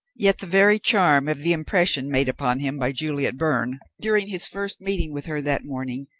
yet the very charm of the impression made upon him by juliet byrne, during his first meeting with her that morning,